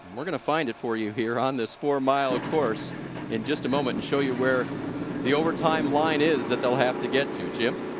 we're going to find it for you here on this four mile course in just a moment and show you where the overtimeline is that they will have to get to.